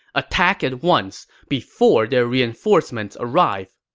attack at once, before their reinforcements arrive!